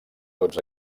tots